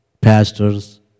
Pastors